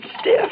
stiff